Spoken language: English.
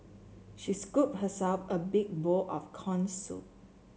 she scooped herself a big bowl of corn soup